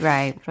Right